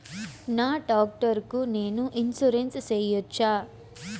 నా టాక్టర్ కు నేను ఇన్సూరెన్సు సేయొచ్చా?